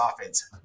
offense